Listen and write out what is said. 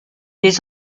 des